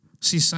See